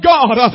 God